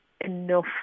enough